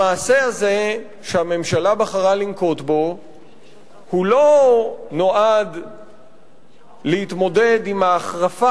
המעשה הזה שהממשלה בחרה לנקוט לא נועד להתמודד עם ההחרפה